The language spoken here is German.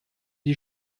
die